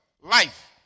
Life